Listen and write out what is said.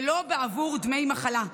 ולא בעבור דמי מחלה.